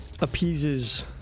appeases